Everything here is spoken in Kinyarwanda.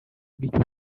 bw’icyo